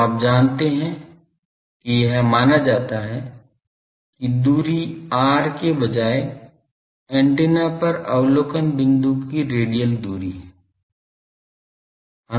तो आप देखते हैं कि यह माना जाता है कि दूरी r के बजाय एंटीना पर अवलोकन बिंदु की रेडियल दूरी है